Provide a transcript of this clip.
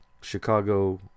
Chicago